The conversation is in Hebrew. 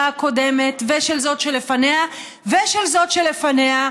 הקודמת ושל זאת שלפניה ושל זאת שלפניה,